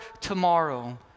tomorrow